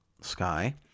sky